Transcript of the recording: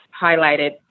highlighted